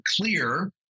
clear